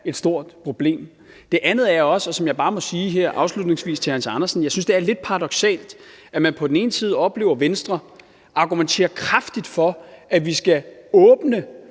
et stort problem. Det andet er også, som jeg bare må sige her afslutningsvis til hr. Hans Andersen, at jeg synes, det er lidt paradoksalt, at man oplever Venstre på den ene side argumentere kraftigt for, at vi skal åbne